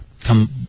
come